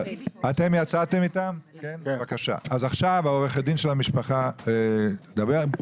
עכשיו עורכת הדין של המשפחה תדבר,